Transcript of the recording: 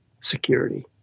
security